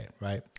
right